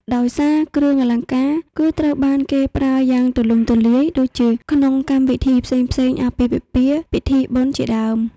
ដោយសារគ្រឿងអលង្ការគឺត្រូវបានគេប្រើយ៉ាងទូលំទូលាយដូចជាក្នងកម្មវិធីផ្សេងៗ អាពាហ៍ពិពាហ៍ ពិធីបុណ្យជាដើម។